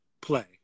play